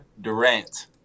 Durant